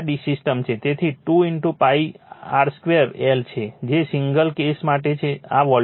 તેથી 2 pi r2 l જે single phase case માટે છે આ વોલ્યુમ છે